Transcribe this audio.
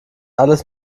alles